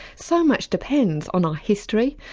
so much depends on our history,